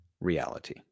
reality